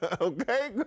Okay